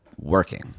Working